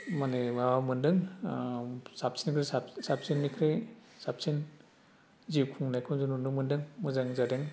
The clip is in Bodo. बाहायनो माबा मोनदों साबसिननिफ्राय साबसिन साबसिननिफ्राय साबसिन जि खुंनायखौ जों नुनो मोनदों मोजां जादों